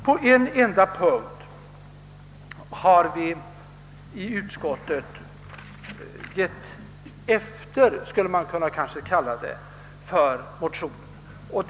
På en enda punkt har utskottsmajoriteten gett efter — man kan kanske kalla det så — för motionen.